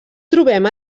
trobem